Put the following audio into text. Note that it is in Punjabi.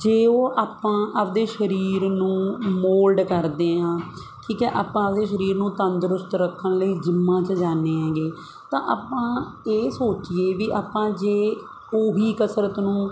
ਜੇ ਉਹ ਆਪਾਂ ਆਪਣੇ ਸਰੀਰ ਨੂੰ ਮੋਲਡ ਕਰਦੇ ਹਾਂ ਠੀਕ ਹੈ ਆਪਾਂ ਆਪਣੇ ਸਰੀਰ ਨੂੰ ਤੰਦਰੁਸਤ ਰੱਖਣ ਲਈ ਜਿੰਮਾਂ 'ਚ ਜਾਂਦੇ ਹੈਗੇ ਤਾਂ ਆਪਾਂ ਇਹ ਸੋਚੀਏ ਵੀ ਆਪਾਂ ਜੇ ਉਹ ਹੀ ਕਸਰਤ ਨੂੰ